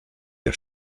der